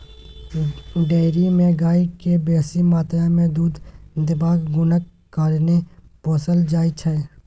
dairy मे गाय केँ बेसी मात्रा मे दुध देबाक गुणक कारणेँ पोसल जाइ छै